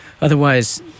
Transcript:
otherwise